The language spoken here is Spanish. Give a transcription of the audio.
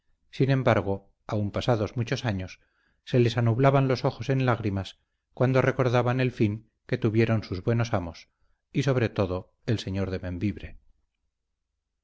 sin embargo aun pasados muchos años se les anublaban los ojos en lágrimas cuando recordaban el fin que tuvieron sus buenos amos y sobre todo el señor de